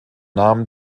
namen